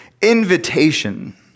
invitation